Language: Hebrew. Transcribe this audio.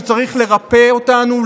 שצריך לרפא אותנו,